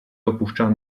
opuszczałem